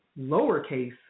lowercase